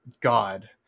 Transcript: God